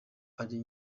ari